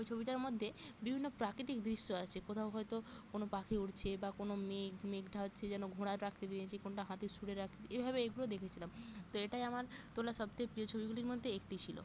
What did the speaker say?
ওই ছবিটার মধ্যে বিভিন্ন প্রাকৃতিক দৃশ্য আছে কোথাও হয়তো কোনো পাখি উড়ছে বা কোনো মেঘ মেঘ ডাকছে যেন ঘোড়া ডাকতে বেড়িয়েছে কোনটা হাতির শুঁড়ের আকৃতি এভাবে এগুলো দেখেছিলাম তো এটাই আমার তোলা সব থেকে প্রিয় ছবিগুলির মধ্যে একটি ছিলো